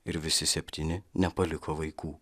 ir visi septyni nepaliko vaikų